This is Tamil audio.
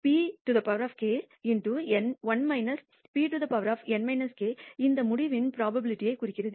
எனவே pk 1 p இந்த முடிவின் புரோபாபிலிடிஐக் குறிக்கிறது